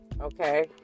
okay